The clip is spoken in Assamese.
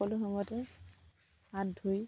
সকলো সময়তে হাত ধুই